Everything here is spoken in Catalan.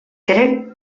crec